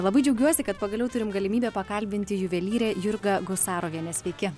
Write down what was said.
labai džiaugiuosi kad pagaliau turim galimybę pakalbinti juvelyrę jurgą gusarovienę sveiki